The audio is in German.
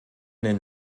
den